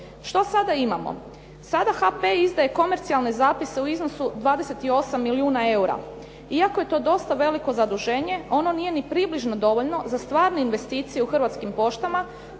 Što sada imamo? Sada HP izdaje komercijalne zapise u iznosu 28 milijuna eura. Iako je to dosta veliko zaduženje ono nije ni približno dovoljno za stvarne investicije u Hrvatskim poštama